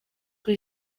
kuri